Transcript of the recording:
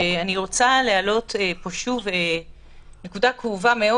אני רוצה להעלות פה שוב נקודה כאובה מאוד